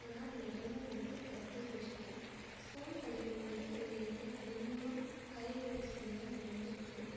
நான் நடனம் வந்து கற்றுன்னு இருக்கேன் ஸ்கூல் படிக்கும் போது எங்களுக்கு அதிகமாக கலை நிகழ்ச்சிகள் தான் நடந்துருக்குது